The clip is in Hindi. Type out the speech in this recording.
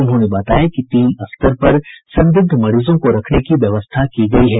उन्होंने बताया कि तीन स्तर पर संदिग्ध मरीजों को रखने की व्यवस्था की गयी है